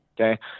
Okay